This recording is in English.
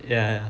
ya ya